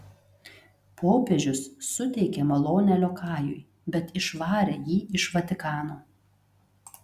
popiežius suteikė malonę liokajui bet išvarė jį iš vatikano